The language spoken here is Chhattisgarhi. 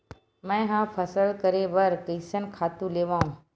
मैं ह फसल करे बर कइसन खातु लेवां?